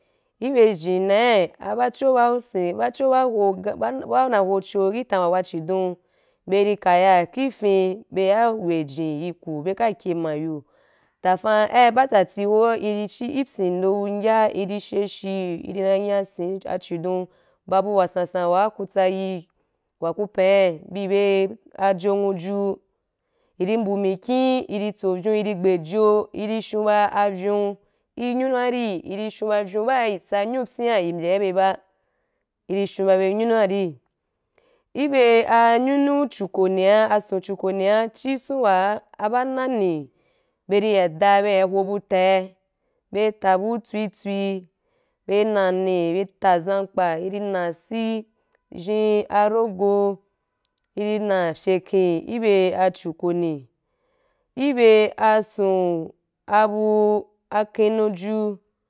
Ki be jen leye bacho ba sen bacho ba hoga ba na ho acho ki tan wa wa chidon be ri kaya ki fyin be ya wai ajen yi aku be ka kye ma yu ta fa ai batati ho i di chi ki byin ndo agyen i ri shashi i di ma nya a – asun bu hidon ba nu wa sansan wa ku tsa yi wa ku pan’i bi be a jonwujo i ri mbu mikin i ri tsovyon i ri gbai jo i ri shun ba ayon ai nyunu wa ri i ri shun ba avyon ba i tsa nyunu apyia i mbye be ba i ri shun ba be pyunu wa ri ki ba a nyunu chukona ason chukonea chi ason ba wa ba nani be ri ya daa ba ri ya ya hobu tai be ri ta abu tswi tswi be ri nani i ta zamkpa i ri na abii shim a rogo i ri na fyeken ki be a dukone ki be ason abu akenuju.